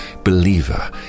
Believer